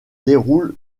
déroule